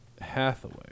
Hathaway